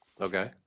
okay